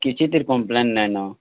କିଛିଥିର୍ complaint ନାଇଁ ନ